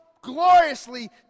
gloriously